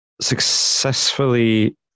successfully